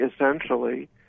essentially